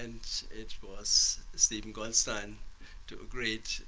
and it was steven goldstein to a great